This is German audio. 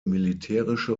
militärische